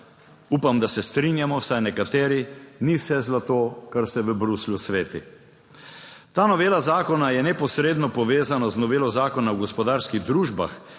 upam, da se strinjamo, vsaj nekateri, ni vse zlato, kar se v Bruslju sveti. Ta novela zakona je neposredno povezana z novelo Zakona o gospodarskih družbah,